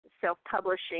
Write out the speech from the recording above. self-publishing